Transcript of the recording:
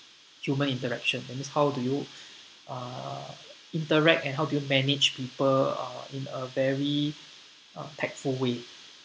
human interaction that means how do you uh interact and how do you manage people uh in a very uh tactful way